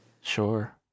Sure